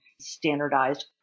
standardized